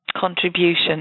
contribution